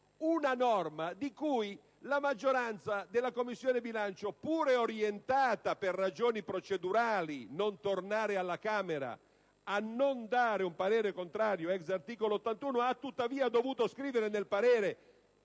una norma di cui la maggioranza della Commissione bilancio, pur orientata, per ragioni procedurali - cioè non tornare alla Camera - a non dare un parere contrario *ex* articolo 81 della Costituzione, ha tuttavia dovuto scrivere nel parere